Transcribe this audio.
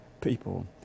people